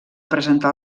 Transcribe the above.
presentar